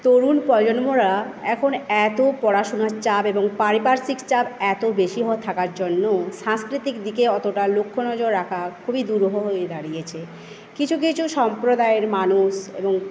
তরুণ প্রজন্মরা এখন এতো পড়াশোনার চাপ এবং পারিপার্শ্বিক চাপ এতো বেশি হয়ে থাকার জন্য সাংস্কৃতিক দিকে অতটা লক্ষ্য নজর রাখা খুবই দুরূহ হয়ে দাঁড়িয়েছে কিছু কিছু সম্প্রদায়ের মানুষ এবং